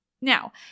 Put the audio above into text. Now